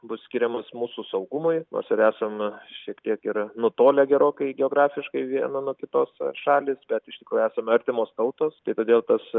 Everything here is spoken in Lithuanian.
bus skiriamas mūsų saugumui nors ir esame šiek tiek ir nutolę gerokai geografiškai viena nuo kitos šalys bet iš tikrųjų esame artimos tautos ir todėl tas